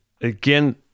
again